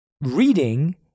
reading